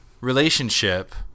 relationship